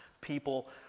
People